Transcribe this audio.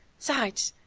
sides,